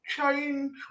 change